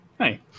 Hi